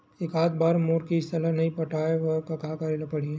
एकात बार मोर किस्त ला नई पटाय का करे ला पड़ही?